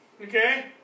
Okay